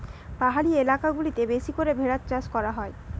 পাহাড়ি এলাকা গুলাতে বেশি করে ভেড়ার চাষ করা হয়